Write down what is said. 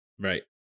right